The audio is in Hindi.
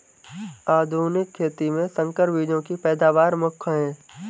आधुनिक खेती में संकर बीजों की पैदावार मुख्य हैं